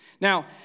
Now